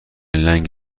لنگ